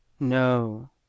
no